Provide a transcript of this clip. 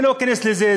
לא אכנס לזה.